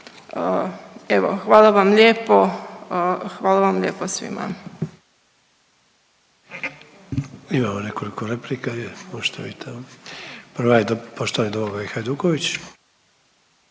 Hvala vam lijepo.